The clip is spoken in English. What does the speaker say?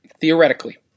theoretically